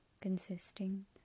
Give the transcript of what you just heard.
consisting